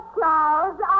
Charles